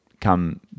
come